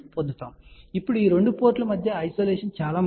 ఇప్పుడు ఈ పోర్టుల మధ్య ఐసోలేషన్ చాలా ముఖ్యం